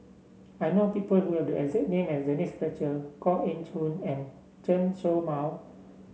I know people who have the exact name as Denise Fletcher Koh Eng Hoon and Chen Show Mao